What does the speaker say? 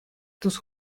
tus